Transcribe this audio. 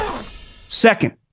Second